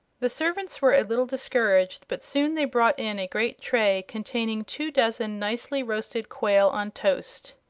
the servants were a little discouraged, but soon they brought in a great tray containing two dozen nicely roasted quail on toast.